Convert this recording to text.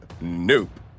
nope